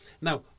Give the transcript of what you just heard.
Now